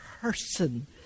person